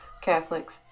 Catholics